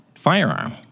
firearm